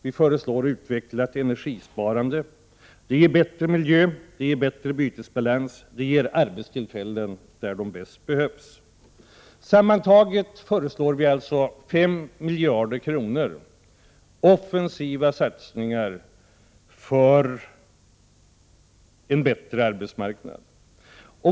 Vi föreslår utvecklat energisparande. Det ger bättre miljö, bättre bytesbalans, och arbetstillfällen där de bäst behövs. Sammantaget föreslår vi alltså 5 miljarder kronor till offensiva satsningar för en bättre arbetsmarknad.